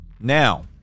Now